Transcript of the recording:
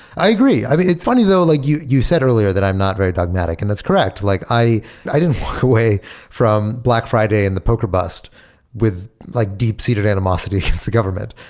i agree. i mean, it's funny though, like you you said earlier that i'm not very dogmatic, and that's correct. like i i didn't walk away from black friday in the poker bust with like deep-seated animosity against the government.